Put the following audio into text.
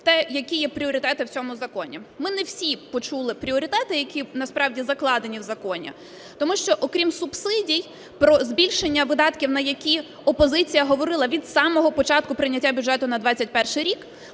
те, які є пріоритети в цьому законі. Ми не всі почули пріоритети, які насправді закладені в законі, тому що, окрім субсидій, про збільшення видатків на які опозиція говорила від самого початку прийняття бюджету на 2021 рік,